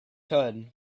could